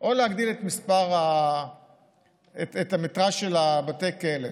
או להגדיל את המטרז' של בתי הכלא.